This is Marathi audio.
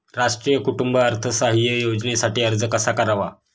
राष्ट्रीय कुटुंब अर्थसहाय्य योजनेसाठी अर्ज कसा करावा?